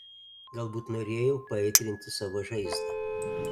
galbūt norėjau paaitrinti savo žaizdą